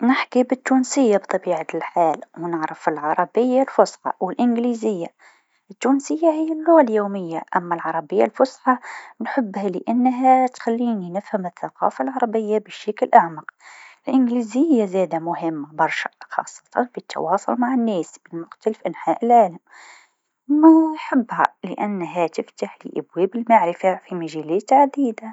نحكي التونسيه بطبيعة الحال و نعرف العربيه الفصحى و الإنجليزيه، التونسيه هي اللغه اليوميه أما العربيه الفصحى نحبها لأنها تخليني نفهم الثقافه العربيه بشكل أعمق، الإنجليزيه زادا مهمه برشا خاصه في التواصل مع الناس في مختلف أنحاء العالم، ما حبها لأنها تفتحلي أبواب المعرفه في مجالات عديده.